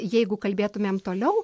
jeigu kalbėtumėm toliau